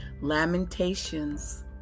Lamentations